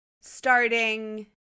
starting